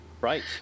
right